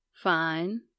Fine